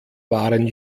waren